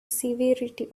severity